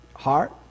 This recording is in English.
Heart